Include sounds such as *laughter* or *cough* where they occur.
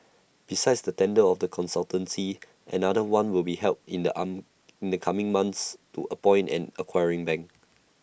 besides the tender of the consultancy *noise* another one will be held in the *unintelligible* in the coming months to appoint an acquiring bank